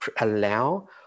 allow